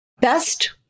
Best